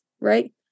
right